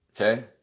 Okay